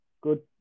Good